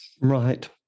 right